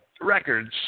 records